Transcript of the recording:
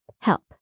Help